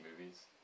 movies